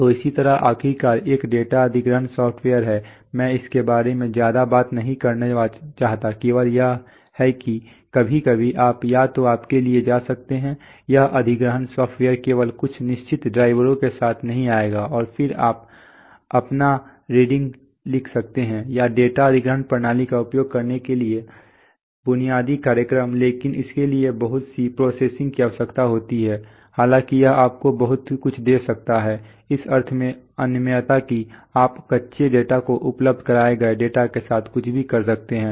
तो इसी तरह आखिरकार एक डाटा अधिग्रहण सॉफ्टवेयर है मैं इसके बारे में ज्यादा बात नहीं करना चाहता केवल यह है कि कभी कभी आप या तो आपके लिए जा सकते हैं यह अधिग्रहण सॉफ्टवेयर केवल कुछ निश्चित ड्राइवरों के साथ नहीं आएगा और फिर आप अपना लिख सकते हैं या डेटा अधिग्रहण प्रणाली का उपयोग करने के लिए बुनियादी कार्यक्रम लेकिन इसके लिए बहुत सी प्रोग्रामिंग की आवश्यकता होती है हालांकि यह आपको बहुत कुछ दे सकता है इस अर्थ में अनम्यता कि आप कच्चे डेटा को उपलब्ध कराए गए डेटा के साथ कुछ भी कर सकते हैं